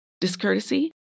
discourtesy